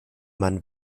man